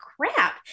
crap